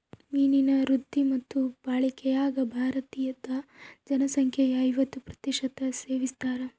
ಮೀನಿನ ವೃದ್ಧಿ ಮತ್ತು ಬಳಕೆಯಾಗ ಭಾರತೀದ ಜನಸಂಖ್ಯೆಯು ಐವತ್ತು ಪ್ರತಿಶತ ಸೇವಿಸ್ತಾರ